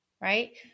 right